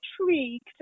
intrigued